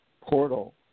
portal